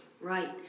Right